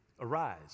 Arise